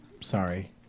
Sorry